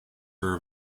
her